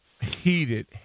heated